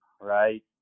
right